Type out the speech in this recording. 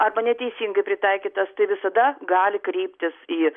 arba neteisingai pritaikytas tai visada gali kreiptis į